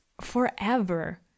forever